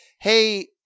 hey